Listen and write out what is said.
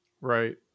Right